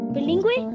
Bilingue